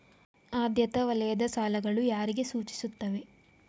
ಆದ್ಯತಾ ವಲಯದ ಸಾಲಗಳು ಯಾರಿಗೆ ಸೂಚಿಸುತ್ತವೆ?